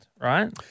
right